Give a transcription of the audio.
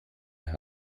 hat